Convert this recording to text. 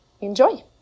enjoy